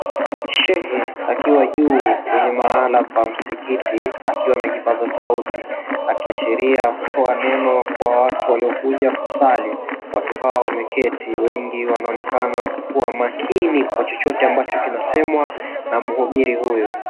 Shehe, akiwa juu kwenye mahala pa msikiti akiwa na kipaza sauti. Akiashiria kutoa neno kwa watu waliokuja kusali. Watu hawa wameketi wengi wanaonekana kuwa makini kwa chochote ambacho kinasemwa na mhubiri huyu.